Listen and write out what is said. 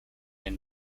and